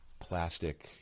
plastic